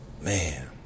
Man